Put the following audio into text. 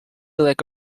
like